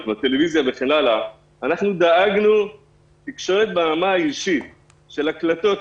בטלוויזיה אנחנו דאגנו לתקשורת ברמה האישית של הקלטות.